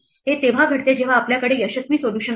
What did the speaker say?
हे तेव्हा घडते जेव्हा आपल्याकडे यशस्वी सोल्यूशन असते